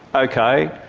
ok,